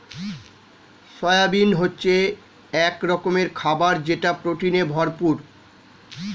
soybean হচ্ছে এক রকমের খাবার যেটা প্রোটিনে ভরপুর